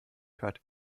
hört